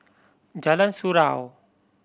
Jalan Surau